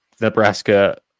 Nebraska